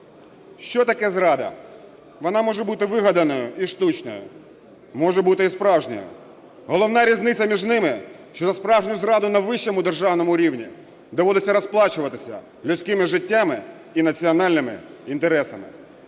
Що таке зрада? Вона може бути вигаданою і штучною, може бути і справжньою. Головна різниця між ними, що за справжню зраду на вищому державному рівні доводиться розплачуватися людськими життями і національними інтересами.